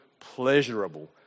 pleasurable